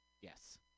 yes